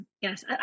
Yes